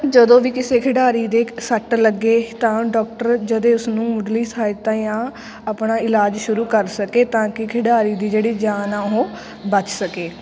ਜਦੋਂ ਵੀ ਕਿਸੇ ਖਿਡਾਰੀ ਦੇ ਸੱਟ ਲੱਗੇ ਤਾਂ ਡਾਕਟਰ ਜਦੇ ਉਸਨੂੰ ਮੁੱਢਲੀ ਸਹਾਇਤਾ ਜਾਂ ਆਪਣਾ ਇਲਾਜ ਸ਼ੁਰੂ ਕਰ ਸਕੇ ਤਾਂ ਕਿ ਖਿਡਾਰੀ ਦੀ ਜਿਹੜੀ ਜਾਨ ਆ ਉਹ ਬਚ ਸਕੇ